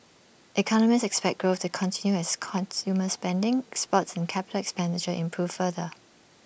economists expect growth to continue as consumer spending exports and capital expenditure improve further